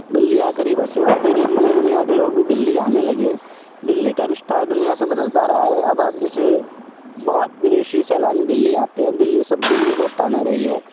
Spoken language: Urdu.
دلی آ کر ہی بسے اور دھیرے دھیرے دنیا کے لوگ بھی دلی آنے لگے دلی کا رشتہ دنیا سے بدلتا رہا ہے اب آپ جیسے بہت ودیشی سیلانی دلی آتے ہیں دلی سب کے لیے دوستانہ رہی ہے